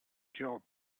job